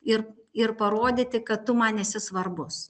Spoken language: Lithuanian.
ir ir parodyti kad tu man esi svarbus